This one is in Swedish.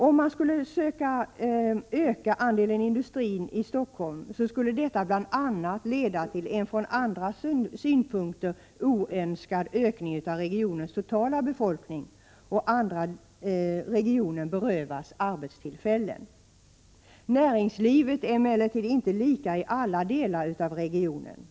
Om man skulle söka öka industrins andel i Stockholm skulle detta bl.a. leda till en från andra synpunkter oönskad ökning av regionens totala befolkning och att andra regioner berövas arbetstillfällen. Näringslivet är emellertid inte lika i alla delar av regionen.